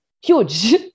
Huge